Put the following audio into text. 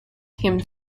him